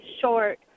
short